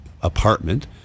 apartment